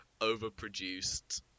overproduced